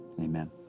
amen